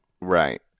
right